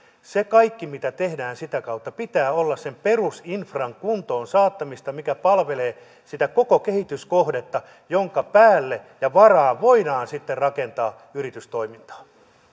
sen kaiken mitä tehdään sitä kautta pitää olla perusinfran kuntoonsaattamista mikä palvelee sitä koko kehityskohdetta jonka päälle ja varaan voidaan sitten rakentaa yritystoimintaa